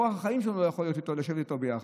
באורח החיים שלנו לא נוכל לשבת איתו ביחד.